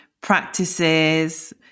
practices